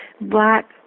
black